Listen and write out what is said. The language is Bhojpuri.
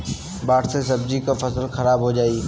बाढ़ से सब्जी क फसल खराब हो जाई